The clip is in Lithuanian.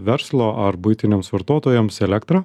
verslo ar buitiniams vartotojams elektrą